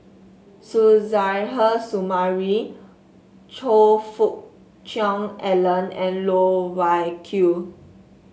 Suzairhe Sumari Choe Fook Cheong Alan and Loh Wai Kiew